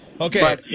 Okay